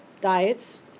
diets